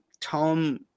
Tom